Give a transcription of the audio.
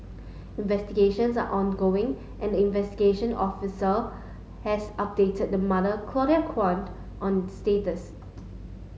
investigations are ongoing and investigation officer has updated the mother Claudia Kwan on status